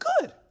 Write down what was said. good